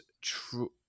true